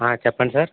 చెప్పండి సార్